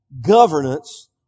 governance